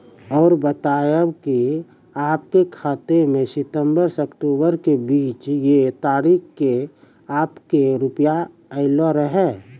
और बतायब के आपके खाते मे सितंबर से अक्टूबर के बीज ये तारीख के आपके के रुपिया येलो रहे?